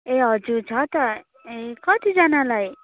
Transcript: ए हजुर छ त ए कतिजनालाई